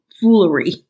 foolery